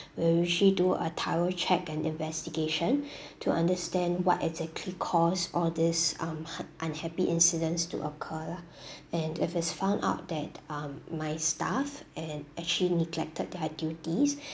we will usually do a thorough check and investigation to understand what exactly caused all this um un~ unhappy incidents to occur lah and if it's found out that um my staff and actually neglected their duties